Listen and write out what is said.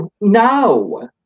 No